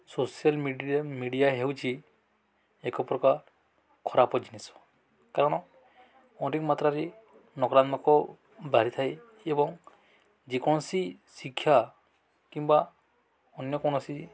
social media ହେଉଛି ଏକ ପ୍ରକାର ଖରାପ ଜିନିଷ କାରଣ ଅନେକ ମାତ୍ରାରେ ନକରାତ୍ମକ ବାହାରିଥାଏ ଏବଂ ଯେକୌଣସି ଶିକ୍ଷା କିମ୍ବା ଅନ୍ୟ କୌଣସି